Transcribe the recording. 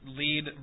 lead